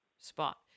spot